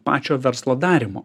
pačio verslo darymo